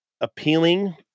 appealing